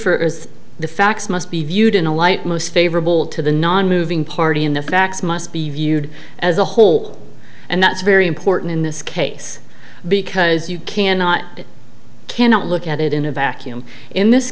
as the facts must be viewed in a light most favorable to the nonmoving party in the facts must be viewed as a whole and that's very important in this case because you cannot cannot look at it in a vacuum in this